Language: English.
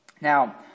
Now